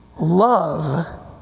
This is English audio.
love